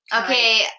Okay